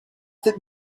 that